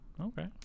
Okay